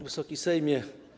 Wysoki Sejmie!